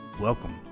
Welcome